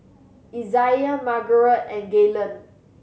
Izaiah Margarete and Gaylen